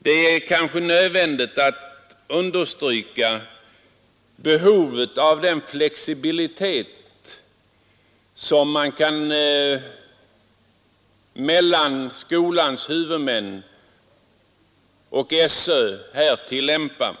det är nödvändigt att understryka behovet av den flexibilitet mellan skolans huvudmän och skolöverstyrelsen som kan tillämpas.